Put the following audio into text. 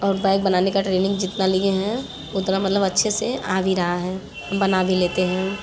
और बैग बनाने का ट्रेनिंग जितना लिया है उतना मतलब अच्छे से आ भी रहा है हम बना भी लेते हैं